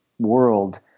world